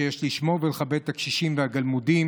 שיש לשמור ולכבד את הקשישים והגלמודים.